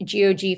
GOG